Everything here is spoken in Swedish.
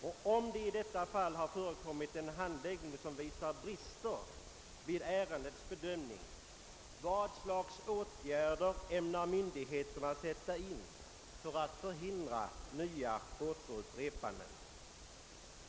Och om det i detta fall har förekommit en handläggning som visar brister vid ärendets bedömning, vad slags åtgärder ämnar myndigheterna då sätta in för att förhindra upprepanden?